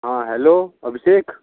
हाँ हेलो अभिषेक